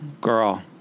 girl